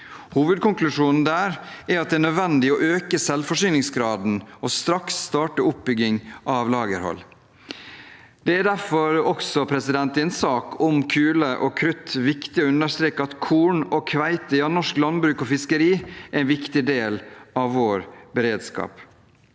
Hovedkonklusjonen deres er at det er nødvendig å øke selvforsyningsgraden og straks starte oppbygging av lagerhold. I en sak om kuler og krutt er det også viktig å understreke at korn og kveite, i norsk landbruk og fiskeri, er en viktig del av vår beredskap.